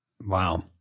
Wow